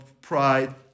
pride